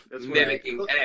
mimicking